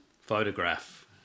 photograph